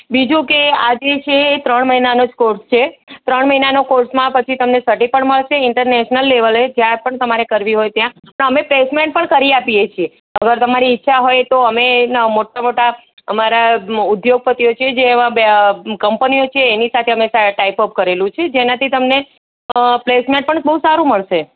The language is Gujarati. બીજું કે આજે છે એ ત્રણ મહિનાના જ કોર્સ છે ત્રણ મહિનાના કોર્સમાં પછી તમને સર્ટિ પણ મળશે ઇન્ટરનેશનલ લેવલે જ્યાં પણ તમારે કરવી હોય ત્યાં અમે પ્લેસમેન્ટ પણ કરી આપીએ છીએ અગર તમારી ઈચ્છા હોય તો અમે મોટા મોટા અમારા ઉદ્યોગપતિઓ છે જે એમાં એની કંપનીઓ છે એની સાથે અમે ટાઈપ અપ કરેલું છે જેનાથી તમને પ્લેસમેન્ટ પણ બહુ સારું મળશે